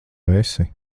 esi